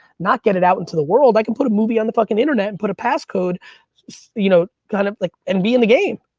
not get it out into the world, i can put a movie on the fucking internet and put a passcode you know kind of like and be in the game.